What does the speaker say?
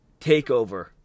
TakeOver